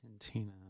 Argentina